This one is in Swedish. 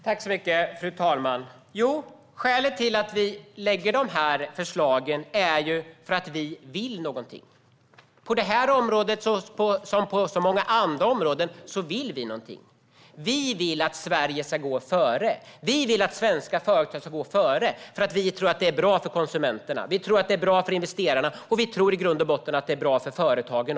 Fru talman! Skälet till att vi lägger fram förslagen är att vi vill någonting. På det här området som på så många andra områden vill vi någonting. Vi vill att Sverige ska gå före. Vi vill att svenska företag ska gå före, för vi tror att det är bra för konsumenterna och investerarna. Vi tror i grund och botten att det också är bra för företagen.